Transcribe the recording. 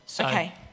Okay